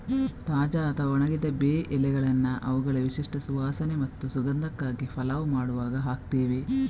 ತಾಜಾ ಅಥವಾ ಒಣಗಿದ ಬೇ ಎಲೆಗಳನ್ನ ಅವುಗಳ ವಿಶಿಷ್ಟ ಸುವಾಸನೆ ಮತ್ತು ಸುಗಂಧಕ್ಕಾಗಿ ಪಲಾವ್ ಮಾಡುವಾಗ ಹಾಕ್ತೇವೆ